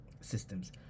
systems